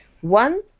One